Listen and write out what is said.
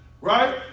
Right